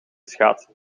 schaatsen